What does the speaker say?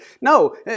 No